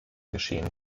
geschehen